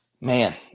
Man